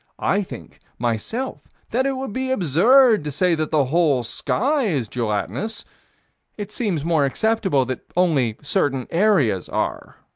i think, myself, that it would be absurd to say that the whole sky is gelatinous it seems more acceptable that only certain areas are.